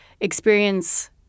experience